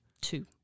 Two